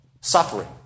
suffering